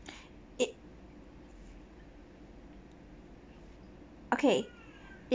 it okay it